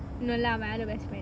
no lah my other best friend